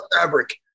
fabric